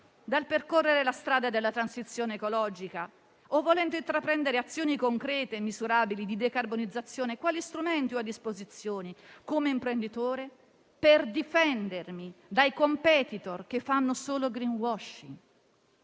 dal percorrere la strada della transizione ecologica? Volendo intraprendere azioni concrete e misurabili di decarbonizzazione, quali strumenti ho a disposizione come imprenditore per difendermi dai *competitor* che fanno solo *greenwashing*?